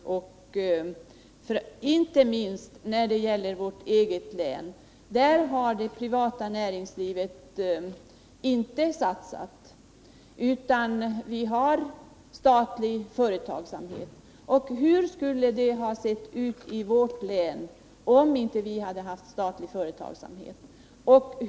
Det gäller inte minst vårt eget län. Där har det privata näringslivet inte satsat, utan där har vi statlig företagsamhet. Hur skulle det ha sett ut i vårt län om vi inte hade haft statlig företagsamhet?